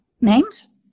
names